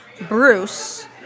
Bruce